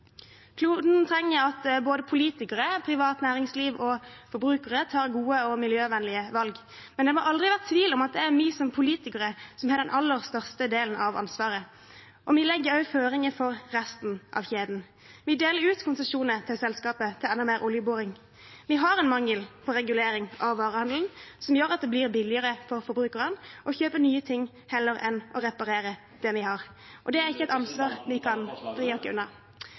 kloden. Kloden trenger at både politikere, privat næringsliv og forbrukere tar gode og miljøvennlige valg, men det må aldri være tvil om at det er vi som politikere som har den aller største delen av ansvaret. Vi legger også føringer for resten av kjeden. Vi deler ut konsesjoner til selskaper til enda mer oljeboring. Vi har en mangel på regulering av varehandelen som gjør at det blir billigere for forbrukerne å kjøpe nye ting enn å reparere det man har. Det er ikke et ansvar vi kan stikke unna.